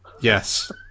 Yes